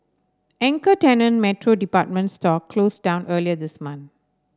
anchor tenant Metro department store closed down earlier this month